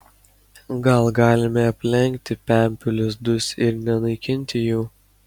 gal galime aplenkti pempių lizdus ir nenaikinti jų